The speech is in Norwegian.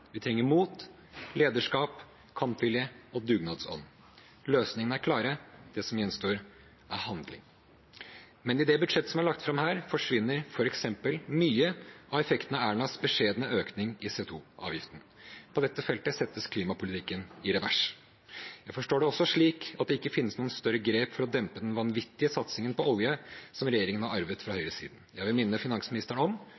Vi trenger mot, lederskap, kampvilje og dugnadsånd. Løsningene er klare. Det som gjenstår, er handling. I det budsjettet som er lagt fram her, forsvinner f.eks. mye av effekten av Ernas beskjedne økning i CO 2 -avgiften. På dette feltet settes klimapolitikken i revers. Jeg forstår det også slik at det ikke finnes noen større grep for å dempe den vanvittige satsingen på olje som regjeringen har arvet fra høyresiden. Jeg vil minne finansministeren om